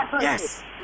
Yes